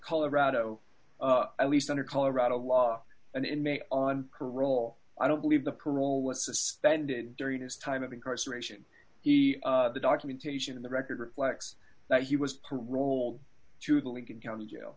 colorado at least under colorado law and in may on parole i don't believe the parole was suspended during his time of incarceration he the documentation in the record reflects that he was paroled to the lincoln county jail